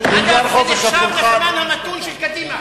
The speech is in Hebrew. דרך אגב, זה נחשב לסמן המתון של קדימה.